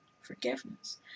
Forgiveness